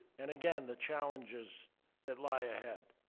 and again, the challenges that lie ahead.